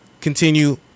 continue